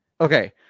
Okay